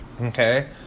Okay